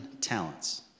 talents